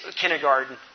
kindergarten